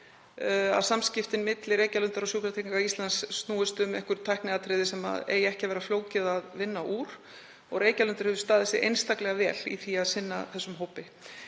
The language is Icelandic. að samskiptin milli Reykjalundar og Sjúkratrygginga Íslands snúist um einhver tækniatriði sem eigi ekki að vera flókið að vinna úr. Reykjalundur hefur staðið sig einstaklega vel í því að sinna þessum hópi.